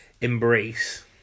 embrace